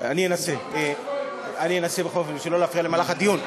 אני אנסה, בכל אופן, שלא להפריע למהלך הדיון.